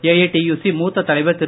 AITUC மூத்த தலைவர் திரு